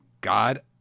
God